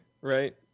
right